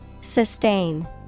Sustain